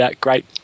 great